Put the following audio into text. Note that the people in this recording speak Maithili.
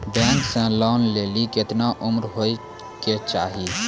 बैंक से लोन लेली केतना उम्र होय केचाही?